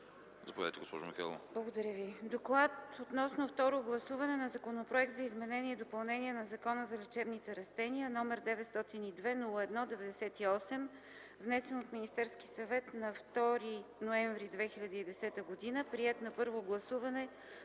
ДОКЛАДЧИК ИСКРА МИХАЙЛОВА: Благодаря Ви. „Доклад относно второ гласуване на Законопроект за изменение и допълнение на Закона за лечебните растения, № 902-01-98, внесен от Министерския съвет на 2 ноември 2010 г., приет на първо гласуване